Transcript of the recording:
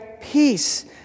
peace